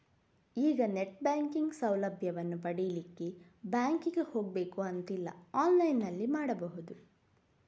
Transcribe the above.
ಈಗ net banking ಸೌಲಭ್ಯವನ್ನು ಪಡೀಲಿಕ್ಕೆ ಬ್ಯಾಂಕಿಗೆ ಹೋಗ್ಬೇಕು ಅಂತಿಲ್ಲ ಆನ್ಲೈನಿನಲ್ಲಿ ಮಾಡ್ಬಹುದು